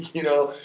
you know,